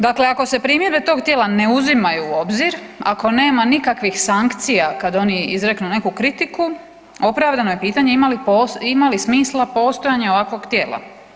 Dakle ako se primjedbe tog tijela ne uzimaju u obzir, ako nema nikakvih sankcija kad oni izreknu neku kritiku, opravdano je pitanje ima li smisla postojanje ovakvog tijela?